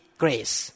grace